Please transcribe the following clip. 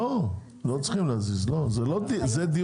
לא צריך להזמין אחרים.